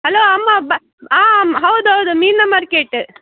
hello ಅಮ್ಮ ಬಾ ಆಂ ಅಮ್ಮ ಹೌದು ಹೌದು ಮೀನಿನ ಮಾರ್ಕೆಟ್ಟೆ